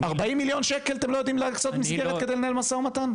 40 מיליון שקלים אתם לא יודעים לקצות מסגרת כי לנהל משא ומתן?